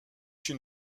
une